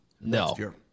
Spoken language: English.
no